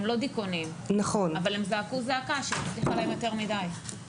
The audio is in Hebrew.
הם לא דכאונים אבל הם זעקו זעקה שהצליחה להם יותר מדי.